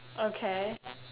okay